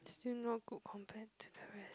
still not good compared to the rest